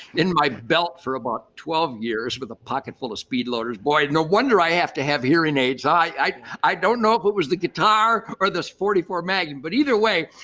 in my belt for about twelve years with a pocket full of speed loaders. boy, no wonder i have to have hearing aids. i i don't know if it was the guitar or this forty four magnum, but either way,